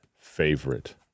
favorite